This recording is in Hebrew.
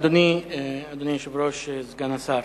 אדוני היושב-ראש, סגן השר,